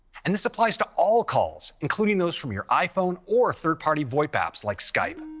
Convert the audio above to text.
and this applies to all calls, including those from your iphone or third-party voip apps like skype.